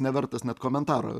nevertas net komentaro